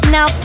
Now